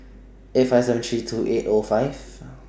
eight five seven three two eight O five